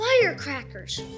firecrackers